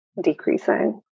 decreasing